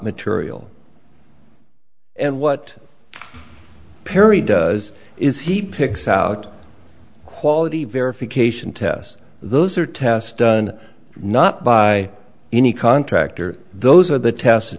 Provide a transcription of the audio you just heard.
material and what perry does is he picks out quality verification tests those are tests done not by any contractor those are the tests